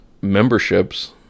memberships